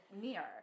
mirror